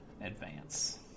Advance